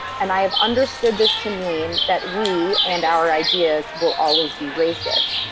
and i have understood this to mean that we, and our ideas, will always be racist.